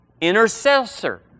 intercessor